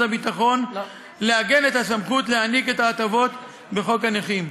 הביטחון לעגן את הסמכות להעניק את ההטבות בחוק הנכים.